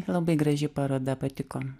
labai graži paroda patiko